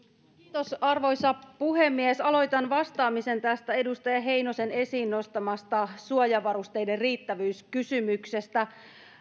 minuuttia arvoisa puhemies aloitan vastaamisen tästä edustaja heinosen esiin nostamasta suojavarusteiden riittävyyskysymyksestä